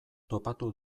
topatu